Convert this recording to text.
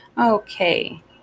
Okay